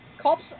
Cops